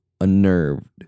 unnerved